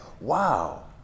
wow